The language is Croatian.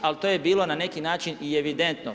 Ali to je bilo na neki način i evidentno.